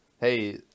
Hey